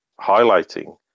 highlighting